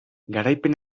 garaipen